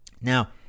Now